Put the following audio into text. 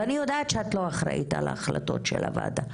ואני יודעת שאת לא אחראית על ההחלטות של הוועדה.